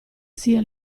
sia